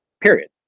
period